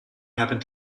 happened